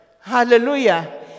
Hallelujah